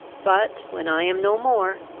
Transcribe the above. but, when i am no more,